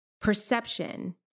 perception